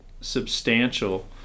substantial